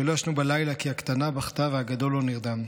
שלא ישנו בלילה כי הקטנה בכתה והגדול לא נרדם.